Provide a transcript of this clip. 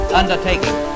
undertaking